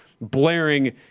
blaring